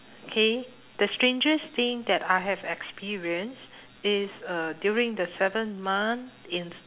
okay the strangest thing that I have experienced is uh during the seventh month in